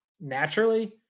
naturally